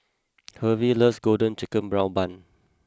Hervey loves Golden Brown Bun